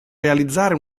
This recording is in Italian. realizzare